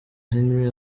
henry